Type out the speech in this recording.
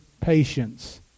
patience